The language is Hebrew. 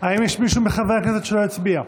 האם יש מישהו מחברי הכנסת שלא הצביע?